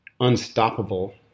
unstoppable